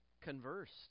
conversed